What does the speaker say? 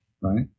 right